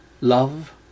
love